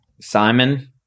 Simon